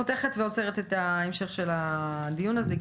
חותכת ועוצרת את ההמשך של הדיון הזה.